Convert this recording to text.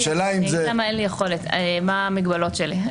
אגיד למה אין לי יכולת, מה המגבלות שלי.